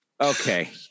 Okay